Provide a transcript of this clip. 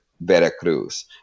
Veracruz